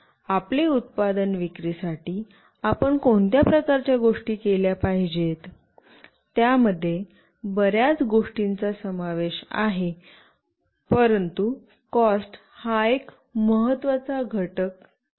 तर आपले उत्पादन विक्रीसाठी आपण कोणत्या प्रकारच्या गोष्टी केल्या पाहिजेत त्यामध्ये बर्याच गोष्टींचा समावेश आहे परंतु कॉस्ट हा एक महत्वाचा घटक आहे